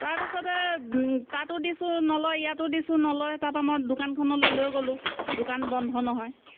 তাৰপিছতে তাতো দিছোঁ নলয় ইয়াতো দিছোঁ নলয় তাৰপা মই দোকানখনলৈ লৈ গ'লোঁ দোকান বন্ধ নহয়